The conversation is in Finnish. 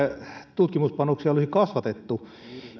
tutkimuspanoksia olisi kasvatettu